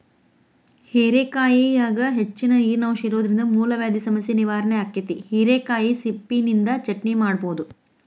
ಹೇರೆಕಾಯಾಗ ಹೆಚ್ಚಿನ ನೇರಿನಂಶ ಇರೋದ್ರಿಂದ ಮೂಲವ್ಯಾಧಿ ಸಮಸ್ಯೆ ನಿವಾರಣೆ ಆಕ್ಕೆತಿ, ಹಿರೇಕಾಯಿ ಸಿಪ್ಪಿನಿಂದ ಚಟ್ನಿ ಮಾಡಬೋದು